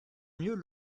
mieux